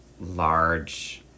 large